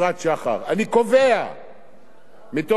מתוך ההיכרות שלי את תהליך החקיקה של